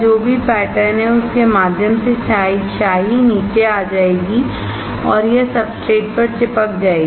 जो भी पैटर्न है उसके माध्यम से स्याही नीचे आ जाएगी और यह सब्सट्रेट पर चिपक जाएगी